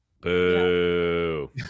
Boo